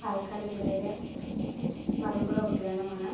പാലക്കാട് ജില്ലയിലെ മലമ്പുഴ ഉദ്യാനമാണ്